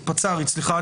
פצ"רית, סליחה.